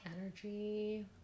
Energy